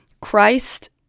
Christ